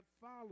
follow